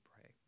pray